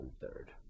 third